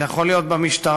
זה יכול להיות במשטרה,